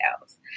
else